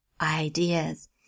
ideas